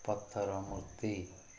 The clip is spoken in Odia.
ପଥର ମୂର୍ତ୍ତି